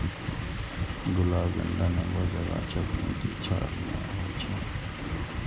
गुलाब, गेंदा, नेबो के गाछक गिनती झाड़ मे होइ छै